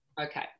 okay